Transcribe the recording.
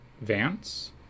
Vance